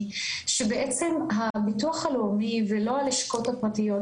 שבעצם הביטוח הלאומי ולא הלשכות הפרטיות,